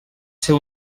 ser